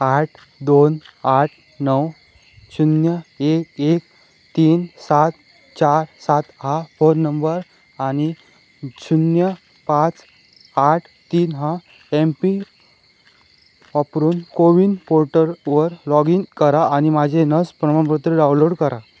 आठ दोन आठ नऊ शून्य एक एक तीन सात चार सात हा फोन नंबर आणि शून्य पाच आठ तीन हा एम पि वापरून को विन पोर्टलवर लॉग इन करा आणि माझे लस प्रमाणपत्र डाउलोड करा